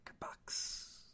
box